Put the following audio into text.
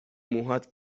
موهات